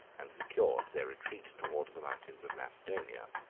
and secured their retreat towards the mountains of macedonia.